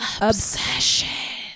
obsession